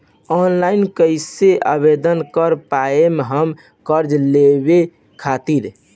Online कइसे आवेदन कर पाएम हम कर्जा लेवे खातिर?